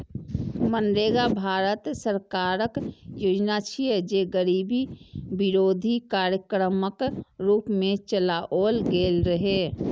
मनरेगा भारत सरकारक योजना छियै, जे गरीबी विरोधी कार्यक्रमक रूप मे चलाओल गेल रहै